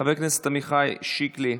חבר הכנסת עמיחי שיקלי,